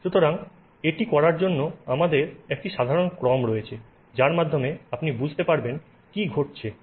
সুতরাং এটি করার জন্য আমাদের একটি সাধারণ ক্রম রয়েছে যার মাধ্যমে আপনি বুঝতে পারবেন কী ঘটছে সিস্টেমের থার্মোডিনামিক্স কী